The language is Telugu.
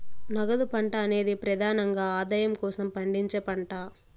నగదు పంట అనేది ప్రెదానంగా ఆదాయం కోసం పండించే పంట